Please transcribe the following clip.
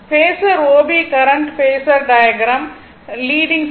phasor O B current phasor diagram leading செய்கிறது